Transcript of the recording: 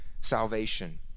salvation